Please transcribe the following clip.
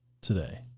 today